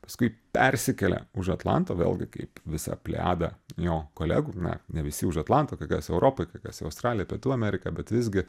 paskui persikelia už atlanto vėlgi kaip visa pliada jo kolegų na ne visi už atlanto kai kas europoj kai kas į australiją pietų ameriką bet visgi